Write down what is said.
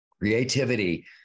Creativity